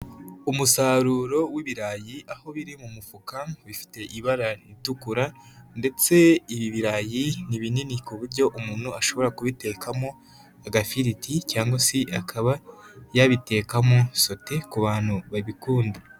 Umusaruro w'ibirayi; aho biri mu mufuka bifite ibara ritukura, ndetse ibi birarayi ni binini ku buryo umuntu ashobora kubitekamo agafiriti cyangwa se akaba yabitekamo sote ku bantu babikunda.